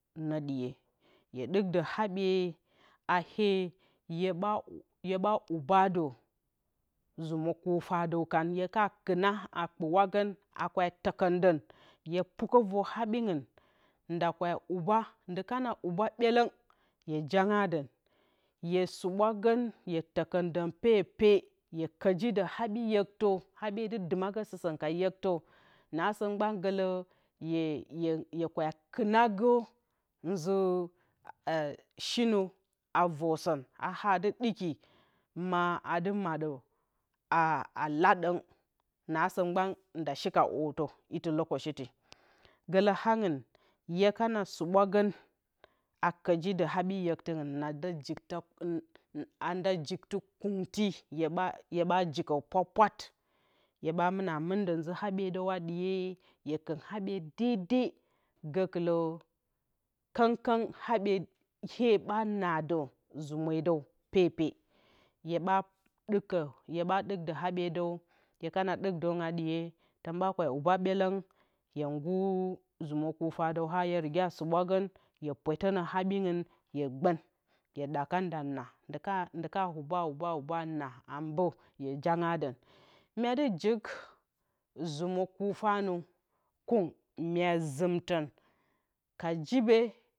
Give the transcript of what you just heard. Nǝ ɗiye ɗik dǝ haɓye a hee hye ɓa wɨbadǝ zɨmǝ kufadǝw kan hyeka kɨna a kpǝwagǝn a tǝkǝndǝn hye pikǝ vǝr haɓingɨn da kwe huba kana huba ɓelǝng hye janga dǝn hye suwa gan hye tǝkǝndǝn pepe hye kɨjidǝ habi yiktǝdɨmagǝ ɨsǝn ka yektǝ nasǝ mgban gǝ hye kwa kɨnagǝshinǝ a vǝrsǝn a dɨki ma adɨ maɗǝ ladǝng nasǝ mgban nd ashika ootǝ iti lokociti gǝlǝ agnɨn hye kɨna subwagǝ a kǝjidǝ haɓi yektɨngɨn anda jiktɨ kɨngti hyeɓa jikǝ pwatpwat hyeɓa mɨna mɨndǝ nzǝ haɓyedǝw ɗiye hye kɨn haɓye dede gǝkɨlǝ kɨngkɨng she haɓye ɓa naadǝ zumedǝw pepe hyeɓa ɗikǝ hyeɓa ɗidǝ habyedǝw hyekana ɗikdǝrǝn a ɗiye ɓa kwa huba ɓelǝng hye gɨr zumǝ kufadǝw a hye riga sɨɓwagǝn hye pwettǝ na haɓingɨn hye mgbɨn hye ɗakan nda naa ndɨ ka huba a huba a naa a mbǝ hye janga dǝn myedɨ jik zumǝ kufanǝ kɨng mya zɨmrǝn ka jibe